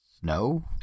snow